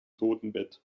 totenbett